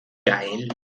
geil